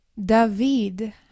David